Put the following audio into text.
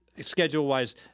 schedule-wise